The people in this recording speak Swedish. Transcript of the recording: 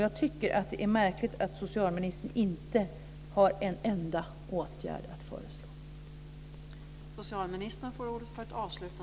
Jag tycker att det är märkligt att socialministern inte har en enda åtgärd att föreslå.